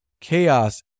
chaos